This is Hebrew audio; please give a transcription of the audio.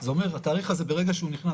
זה אומר שברגע שהתאריך הזה נכנס,